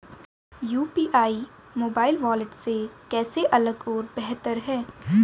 UPI mobile wallet से कैसे अलग और बेहतर है?